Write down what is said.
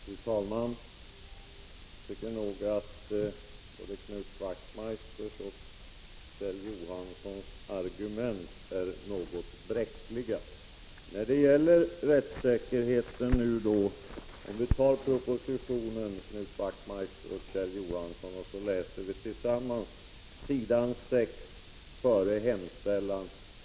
Fru talman! Jag tycker nog att både Knut Wachtmeisters och Kjell Johanssons argument är något bräckliga. Vad gäller rättssäkerheten tycker jag, Knut Wachtmeister och Kjell Johansson, att vi kan tillsammans läsa vad som står på s. 6 i propositionen, före hemställan.